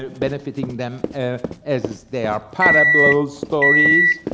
ah benefiting them as they are parable stories.